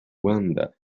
banda